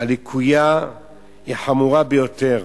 הלקויה היא חמורה ביותר.